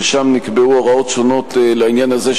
ששם נקבעו הוראות שונות לעניין הזה,